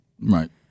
Right